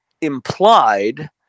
implied